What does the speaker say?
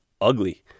ugly